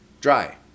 Dry